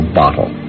bottle